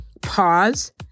Pause